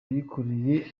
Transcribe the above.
yayikoranye